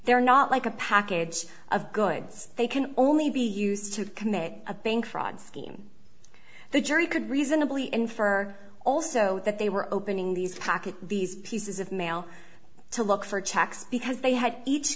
they are not like a package of goods they can only be used to commit a bank fraud scheme the jury could reasonably infer also that they were opening these pocket these pieces of mail to look for checks because they had each